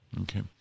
Okay